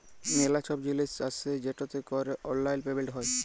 ম্যালা ছব জিলিস আসে যেটতে ক্যরে অললাইল পেমেলট হ্যয়